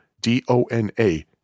D-O-N-A